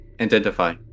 Identify